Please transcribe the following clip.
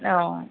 ও